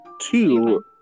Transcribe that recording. two